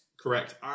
correct